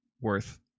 worth